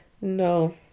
No